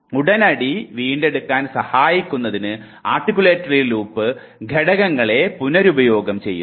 ഉടനടി വീണ്ടെടുക്കാൻ സഹായിക്കുന്നതിന് ആർട്ടിക്യുലേറ്ററി ലൂപ്പ് ഘടകങ്ങളെ പുനരുപയോഗം ചെയ്യുന്നു